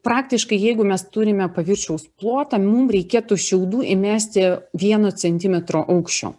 praktiškai jeigu mes turime paviršiaus plotą mum reikėtų šiaudų įmesti vieno centimetro aukščio